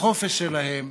בחופש שלהם,